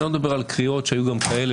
אני לא מדבר על קריאות והיו גם קריאות כאלה,